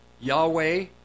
Yahweh